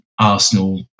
Arsenal